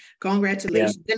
Congratulations